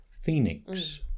Phoenix